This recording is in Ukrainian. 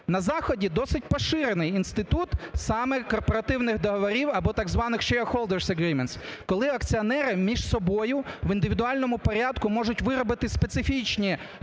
На Заході досить поширений інститут саме корпоративних договорів або так званих shareholders agreement, коли акціонери між собою в індивідуальному порядку можуть виробити специфічні